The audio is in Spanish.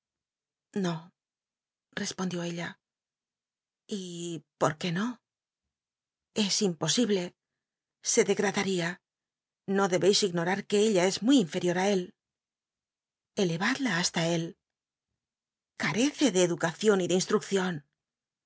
respondió ella y por qué no es imposible se degradaría no debeis ignorar que ella es muy inferior á él elevadla hasta él carece de educacion y de instruccion